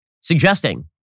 suggesting